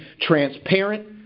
transparent